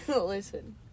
listen